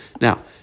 now